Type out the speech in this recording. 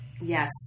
Yes